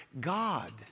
God